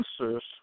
answers